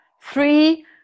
three